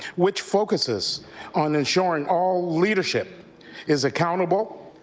which focuses on ensuring all leadership is accountable,